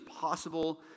possible